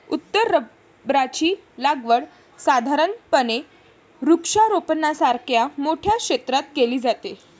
उत्तर रबराची लागवड साधारणपणे वृक्षारोपणासारख्या मोठ्या क्षेत्रात केली जाते